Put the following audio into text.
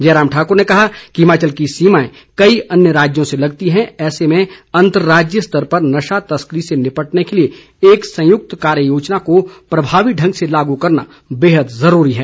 जयराम ठाकर ने कहा कि हिमाचल की सीमाएं कई अन्य राज्यों से लगती है ऐसे में अंतर्राज्यीय स्तर पर नशा तस्करी से निपटने के लिए एक संयुक्त कार्ययोजना को प्रभावी ढंग से लागू करना बेहद जरूरी है